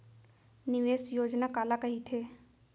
निवेश योजना काला कहिथे?